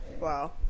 Wow